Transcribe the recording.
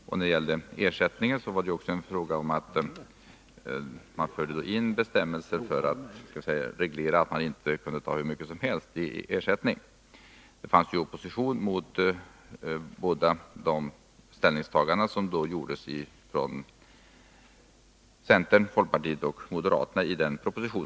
När det sedan gäller ersättningen fördes det in en sådan bestämmelse att man inte kan ta hur mycket som helst i ersättning. Det fanns opposition mot båda de ställningstaganden som gjordes i den propositionen av centern, folkpartiet och moderaterna.